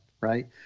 right